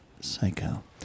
Psycho